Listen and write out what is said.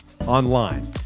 online